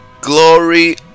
glory